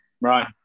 Right